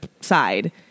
side